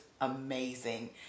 amazing